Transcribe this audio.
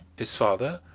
his father,